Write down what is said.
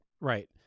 right